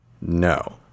No